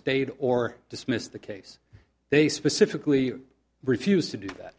stayed or dismissed the case they specifically refused to do that